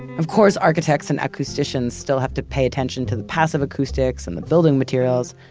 of course, architects and acousticians still have to pay attention to the passive acoustics and the building materials,